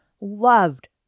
loved